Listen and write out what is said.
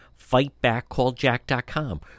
fightbackcalljack.com